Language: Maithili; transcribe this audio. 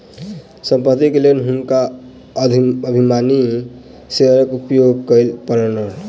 संपत्ति के लेल हुनका अधिमानी शेयरक उपयोग करय पड़लैन